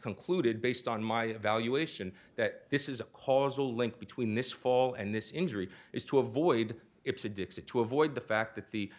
concluded based on my evaluation that this is a causal link between this fall and this injury is to avoid it to dixit to avoid the fact that the